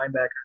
linebacker